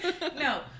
no